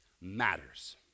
matters